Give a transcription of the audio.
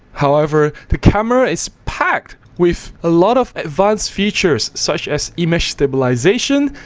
however the camera is packed with a lot of advanced features such as image stabilization.